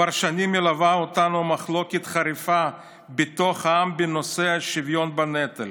כבר שנים מלווה אותנו מחלוקת חריפה בתוך העם בנושא השוויון בנטל.